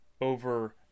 over